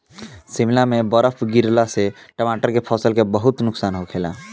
शिमला में बरफ गिरला से टमाटर के फसल के बहुते नुकसान होखेला